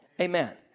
Amen